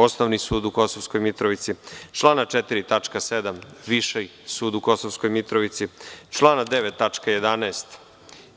Osnovni sud u Kosovskoj Mitrovici, člana 4. tačka 7. Viši sud u Kosovskoj Mitrovici, člana 9. tačka 11.